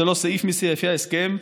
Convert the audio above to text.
זה לא סעיף מסעיפי ההסכם,